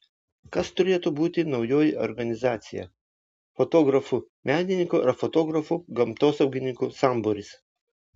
kas turėtų būti naujoji organizacija fotografų menininkų ar fotografų gamtosaugininkų sambūris